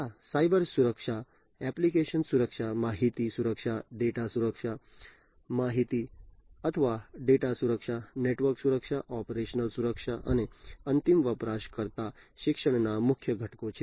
આ સાયબર સુરક્ષા એપ્લિકેશન સુરક્ષા માહિતી સુરક્ષા ડેટા સુરક્ષા માહિતી અથવા ડેટા સુરક્ષા નેટવર્ક સુરક્ષા ઓપરેશનલ સુરક્ષા અને અંતિમ વપરાશકર્તા શિક્ષણના મુખ્ય ઘટકો છે